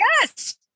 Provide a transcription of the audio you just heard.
Yes